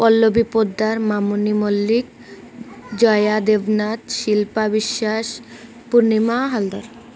Pallavi Poddar Mamuni Mallick Jaya Debnath Shilpa Biswas Purnima Haldar